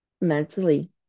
mentally